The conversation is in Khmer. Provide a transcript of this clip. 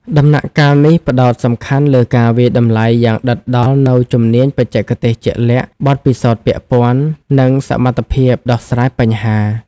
ដំណាក់កាលនេះផ្តោតសំខាន់លើការវាយតម្លៃយ៉ាងដិតដល់នូវជំនាញបច្ចេកទេសជាក់លាក់ បទពិសោធន៍ពាក់ព័ន្ធ និងសមត្ថភាពដោះស្រាយបញ្ហា។